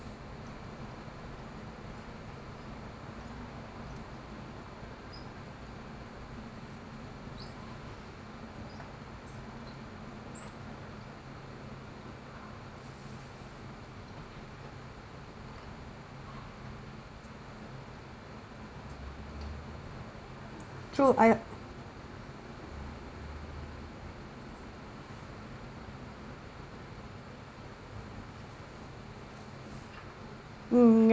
true I mm